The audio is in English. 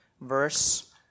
verse